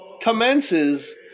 commences